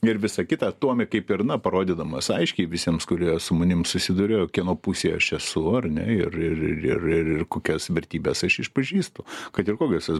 ir visa kita tuomi kaip ir na parodydamas aiškiai visiems kurie su manim susiduria kieno pusėje aš esu ar ne ir ir ir ir ir ir kokias vertybes aš išpažįstu kad ir kokios jos